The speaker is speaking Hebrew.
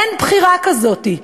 אין בחירה כזאת.